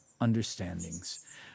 understandings